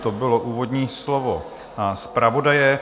To bylo úvodní slovo zpravodaje.